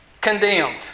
condemned